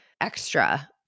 extra